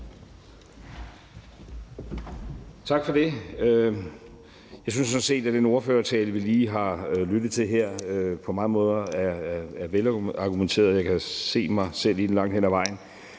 Tak for det. Jeg synes sådan set, at den ordførertale, vi lige har lyttet til her, på mange måder er velargumenteret. Jeg kan se mig selv i den langt hen ad vejen,